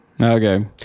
Okay